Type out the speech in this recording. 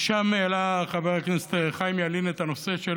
ושם העלה חבר הכנסת חיים ילין את הנושא של